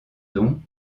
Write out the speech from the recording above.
don